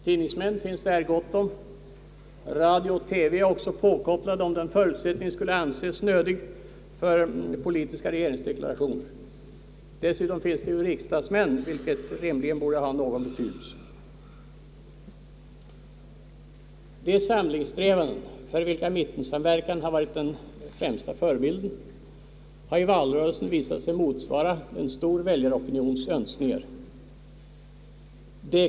Tidningsmän finns här gott om, och radio och TV är också påkopplade, om den förutsättningen skulle anses nödvändig för politiska regeringsdeklarationer. Dessutom finns här ju riksdagsmän, vilket rimligen borde ha någon betydelse! De samlingssträvanden för vilka mittensamverkan har varit den främsta förebilden har i valrörelsen visat sig motsvara en stor väljaropinions önskningar.